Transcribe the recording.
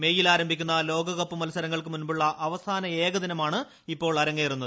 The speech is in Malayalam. മേയ് ൽ ആരംഭിക്കുന്ന ലോകകപ്പ് മത്സരങ്ങൾക്ക് മുൻപുള്ള അവസാന ഏകദിനമാണ് ഇപ്പോൾ അരങ്ങേറുന്നത്